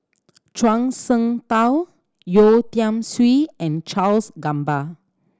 Zhuang Shengtao Yeo Tiam Siew and Charles Gamba